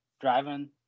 Driving